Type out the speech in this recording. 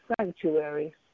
sanctuary